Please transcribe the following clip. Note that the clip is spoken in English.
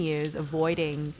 avoiding